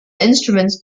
instruments